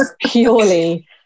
purely